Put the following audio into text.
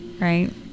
Right